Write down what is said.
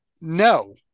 no